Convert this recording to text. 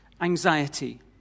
anxiety